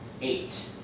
eight